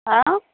ಹಾಂ